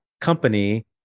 company